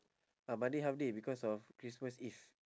ah monday half day because of christmas eve